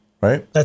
right